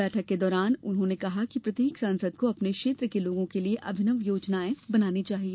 बैठक के दौरान उन्होंने कहा कि प्रत्येक सांसद को अपने क्षेत्र के लोगों के लिए अभिनव योजनाएं बनानी चाहिए